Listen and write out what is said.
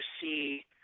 see